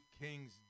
King's